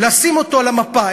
לשים אותו על המפה.